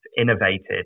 innovated